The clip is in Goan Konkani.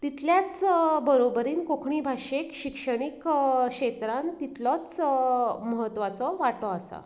तितलेंच बरोबरीन कोंकणी भाशेक शिक्षणीक क्षेत्रांत तितलोच म्हत्वाचो वांटो आसा